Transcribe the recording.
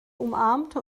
umarmte